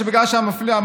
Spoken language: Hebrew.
האירוניה מתהפכת בקברה.